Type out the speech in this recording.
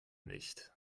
nicht